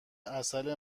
عسل